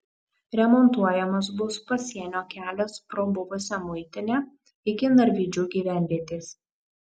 remontuojamas bus pasienio kelias pro buvusią muitinę iki narvydžių gyvenvietės